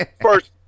First